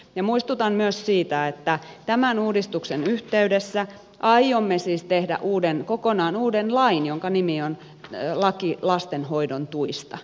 ja muistutan myös siitä että tämän uudistuksen yhteydessä aiomme siis tehdä kokonaan uuden lain jonka nimi on laki lastenhoidon tuista